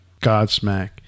Godsmack